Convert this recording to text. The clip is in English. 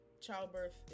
Childbirth